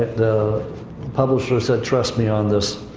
the publisher said, trust me on this.